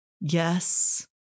yes